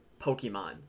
Pokemon